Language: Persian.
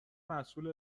مسئول